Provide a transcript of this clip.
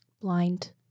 blind